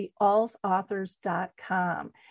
theallsauthors.com